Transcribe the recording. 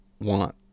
want